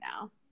now